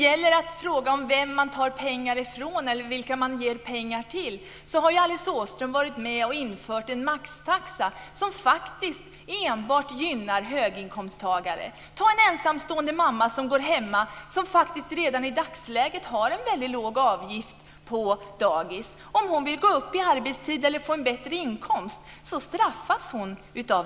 Beträffande vem man tar pengar ifrån eller vem man ger pengar till har Alice Åström varit med om att införa en maxtaxa som enbart gynnar höginkomsttagare. Ta en ensamstående mamma som exempel, som i dagsläget har en väldigt låg dagisavgift. Om hon vill gå upp i arbetstid för att få en bättre inkomst straffas hon.